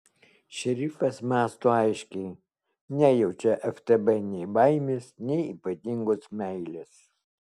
šerifas mąsto aiškiai nejaučia ftb nei baimės nei ypatingos meilės